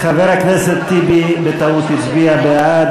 חבר הכנסת טיבי בטעות הצביע בעד,